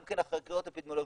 גם כן החקירות האפידמיולוגיות,